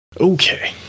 Okay